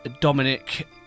Dominic